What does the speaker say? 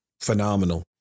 phenomenal